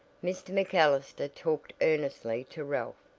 mr. macallister talked earnestly to ralph.